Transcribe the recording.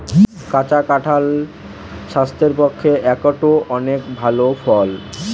কাঁচা কাঁঠাল স্বাস্থ্যের পক্ষে একটো অনেক ভাল ফল